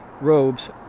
robes